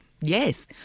Yes